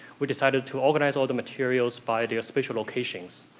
we decided to organize all the materials by their spatial locations.